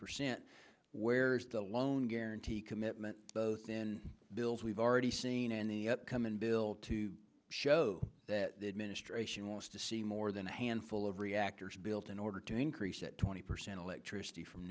percent where is the loan guarantee commitment then bills we've already seen in the upcoming bill to show that the administration wants to see more than a handful of reactors built in order to increase that twenty percent electricity from